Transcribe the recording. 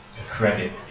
credit